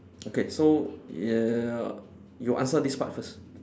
okay so y~ you answer this part first